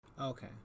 okay